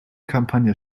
kampagne